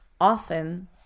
Often